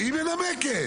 היא מנמקת.